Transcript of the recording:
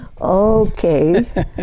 Okay